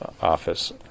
office